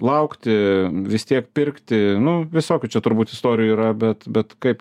laukti vis tiek pirkti nu visokių čia turbūt istorijų yra bet bet kaip